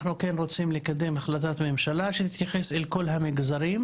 אנחנו כן רוצים לקדם החלטת ממשלה שתתייחס לכל המגזרים,